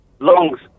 Lungs